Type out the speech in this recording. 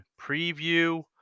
preview